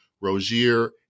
Rozier